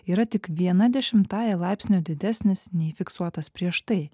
yra tik viena dešimtąja laipsnio didesnis nei fiksuotas prieš tai